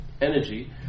energy